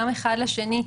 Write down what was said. גם אחד לשני,